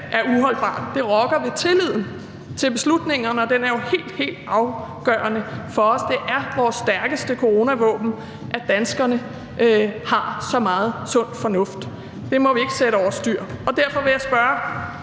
er uholdbart. Det rokker ved tilliden til beslutningerne, og den er jo helt, helt afgørende for os. Det er vores stærkeste coronavåben, at danskerne har så meget sund fornuft. Det må vi ikke sætte over styr, og derfor vil jeg spørge: